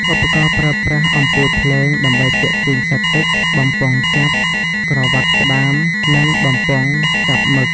ឧបករណ៍ប្រើប្រាស់ អំពូលភ្លើងដើម្បីទាក់ទាញសត្វទឹក បំពង់ចាប់ ក្រវ៉ាត់ក្តាម និងបំពង់ចាប់មឹក។